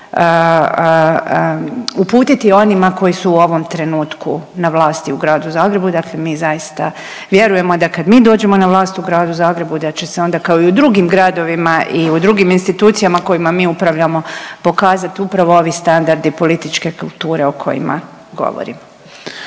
uputiti onima koji su u ovom trenutku na vlasti u Gradu Zagrebu, dakle mi zaista vjerujemo da kad mi dođemo na vlast u Gradu Zagrebu da će se onda kao i u drugim gradovima i u drugim institucijama kojima mi upravljamo pokazat upravo ovi standardi političke kulture o kojima govorim.